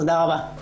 תודה רבה.